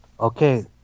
Okay